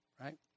right